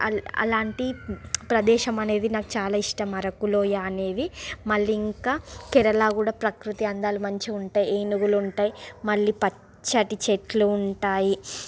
అలాంటి ప్రదేశం అనేది నాకు చాలా ఇష్టం అరకులోయ అనేవి మళ్ళీ ఇంకా కేరళ కూడా ప్రకృతి అందాలు మంచిగా ఉంటాయి ఏనుగులు ఉంటాయి మళ్ళీ పచ్చటి చెట్లు ఉంటాయి